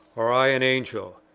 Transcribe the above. or i an angel,